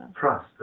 trust